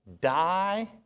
die